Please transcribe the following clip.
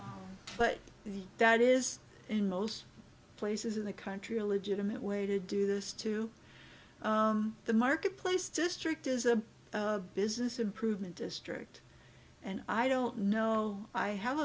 really but that is in most places in the country a legitimate way to do this to the marketplace district is a business improvement district and i don't know i have